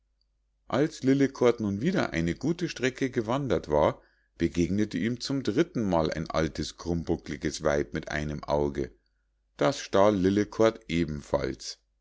als lillekort nun wieder eine gute strecke gewandert war begegnete ihm zum dritten mal ein altes krummpuckliges weib mit einem auge das stahl lillekort ebenfalls